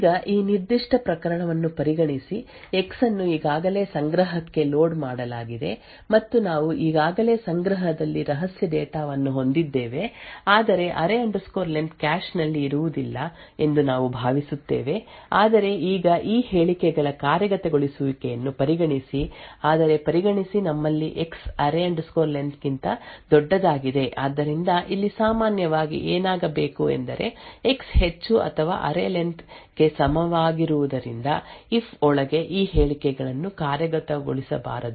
ಈಗ ಈ ನಿರ್ದಿಷ್ಟ ಪ್ರಕರಣವನ್ನು ಪರಿಗಣಿಸಿ ಎಕ್ಸ್ ಅನ್ನು ಈಗಾಗಲೇ ಸಂಗ್ರಹಕ್ಕೆ ಲೋಡ್ ಮಾಡಲಾಗಿದೆ ಮತ್ತು ನಾವು ಈಗಾಗಲೇ ಸಂಗ್ರಹದಲ್ಲಿ ರಹಸ್ಯ ಡೇಟಾ ವನ್ನು ಹೊಂದಿದ್ದೇವೆ ಆದರೆ array len array len cache ನಲ್ಲಿ ಇರುವುದಿಲ್ಲ ಎಂದು ನಾವು ಭಾವಿಸುತ್ತೇವೆ ಆದರೆ ಈಗ ಈ ಹೇಳಿಕೆಗಳ ಕಾರ್ಯಗತಗೊಳಿಸುವಿಕೆಯನ್ನು ಪರಿಗಣಿಸಿ ಆದರೆ ಪರಿಗಣಿಸಿ ನಮ್ಮಲ್ಲಿ x array len array len ಗಿಂತ ದೊಡ್ಡದಾಗಿದೆ ಆದ್ದರಿಂದ ಇಲ್ಲಿ ಸಾಮಾನ್ಯವಾಗಿ ಏನಾಗಬೇಕು ಎಂದರೆ ಎಕ್ಸ್ ಹೆಚ್ಚು ಅಥವಾ ಅರೇ ಲೆನ್ array len ಗೆ ಸಮಾನವಾಗಿರುವುದರಿಂದ ಇಫ್ ಒಳಗೆ ಈ ಹೇಳಿಕೆಗಳನ್ನು ಕಾರ್ಯಗತಗೊಳಿಸಬಾರದು ಆದ್ದರಿಂದ ಸಾಮಾನ್ಯವಾಗಿ ಎಕ್ಸ್ ಹೆಚ್ಚು ಏಕೆಂದರೆ ಅರೇ ಲೆನ್ array len ಗಿಂತ ಇದರೊಳಗಿನ ಹೇಳಿಕೆಗಳು ಒಂದು ವೇಳೆ ಷರತ್ತನ್ನು ಕಾರ್ಯಗತಗೊಳಿಸಬಾರದು